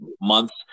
months